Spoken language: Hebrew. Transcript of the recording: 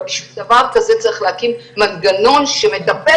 אבל בשביל דבר כזה צריך להקים מנגנון שמטפל